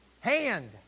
Hand